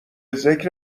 ذکر